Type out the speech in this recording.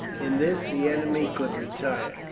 in this the enemy could retire,